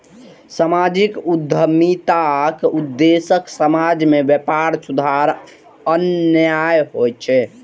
सामाजिक उद्यमिताक उद्देश्य समाज मे व्यापक सुधार आननाय होइ छै